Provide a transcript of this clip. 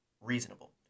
reasonable